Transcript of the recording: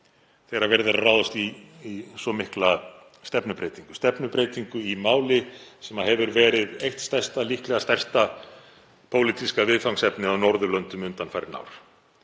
þegar verið er að ráðast í svo mikla stefnubreytingu í máli sem hefur verið eitt stærsta, líklega stærsta, pólitíska viðfangsefnið á Norðurlöndum undanfarin ár.